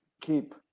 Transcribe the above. keep